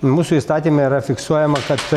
mūsų įstatyme yra fiksuojama kad